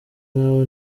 nk’abo